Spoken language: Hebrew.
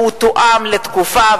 והוא תואם לתקופה.